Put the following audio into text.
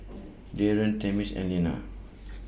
Darrion Tamia's and Lenna